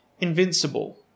Invincible